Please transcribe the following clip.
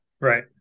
right